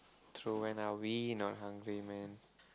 true when are we not hungry man